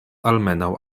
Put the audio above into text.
almenaŭ